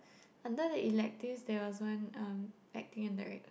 under the electives that was one um acting and directing